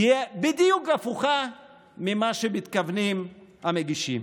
תהיה בדיוק הפוכה ממה שמתכוונים המגישים.